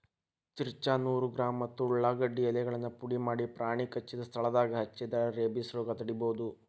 ಚಿರ್ಚ್ರಾ ನೂರು ಗ್ರಾಂ ಮತ್ತ ಉಳಾಗಡ್ಡಿ ಎಲೆಗಳನ್ನ ಪುಡಿಮಾಡಿ ಪ್ರಾಣಿ ಕಚ್ಚಿದ ಸ್ಥಳದಾಗ ಹಚ್ಚಿದ್ರ ರೇಬಿಸ್ ರೋಗ ತಡಿಬೋದು